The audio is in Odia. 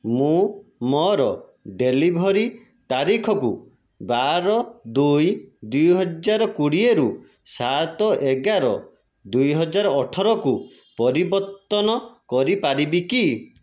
ମୁଁ ମୋର ଡେଲିଭରି ତାରିଖକୁ ବାର ଦୁଇ ଦୁଇହଜାର କୋଡ଼ିଏରୁ ସାତ ଏଗାର ଦୁଇହଜାର ଅଠରକୁ ପରିବର୍ତ୍ତନ କରିପାରିବି କି